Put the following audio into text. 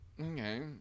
okay